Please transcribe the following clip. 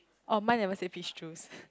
oh my level say peach juice